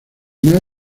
mar